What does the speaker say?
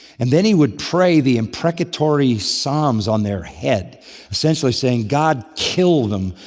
and then he would pray the imprecatory psalms on their heads essentially saying, god kill them,